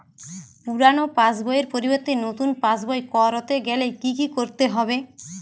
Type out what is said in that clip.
পুরানো পাশবইয়ের পরিবর্তে নতুন পাশবই ক রতে গেলে কি কি করতে হবে?